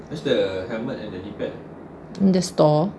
in the store